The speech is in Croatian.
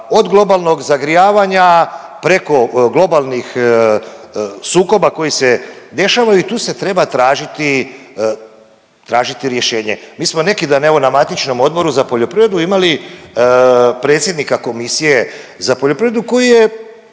od globalnog zagrijavanja preko globalnih sukoba koji se dešavaju i tu se treba tražiti rješenje. Mi smo neki dan evo na matičnom Odboru za poljoprivredu imali predsjednika Komisije za poljoprivredu koji je